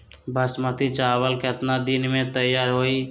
बासमती चावल केतना दिन में तयार होई?